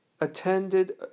attended